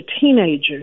teenager